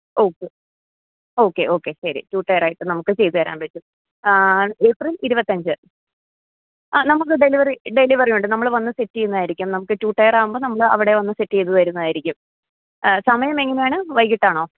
okay okay okay ശരി ടു ടെയറായിട്ട് നമുക്ക് ചെയ്ത് തരാൻ പറ്റും ഏപ്രിൽ ഇരുപത്തഞ്ച് ആ നമുക്ക് ഡെലിവെറി ഡെലിവെറി ഉണ്ട് നമ്മൾ വന്നു സെറ്റ് ചെയ്യുന്നതായിരിക്കും നമുക്ക് ടു ടെയറാകുമ്പോൾ നമ്മൾ അവിടെ വന്ന് സെറ്റ് ചെയ്ത് തരുന്നതായിരിക്കും ആ സമയം എങ്ങനെയാണ് വൈകിട്ടാണൊ